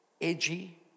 edgy